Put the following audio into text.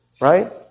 Right